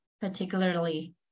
particularly